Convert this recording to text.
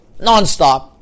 nonstop